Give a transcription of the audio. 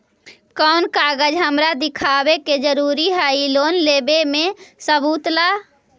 कौन कागज हमरा दिखावे के जरूरी हई लोन लेवे में सबूत ला?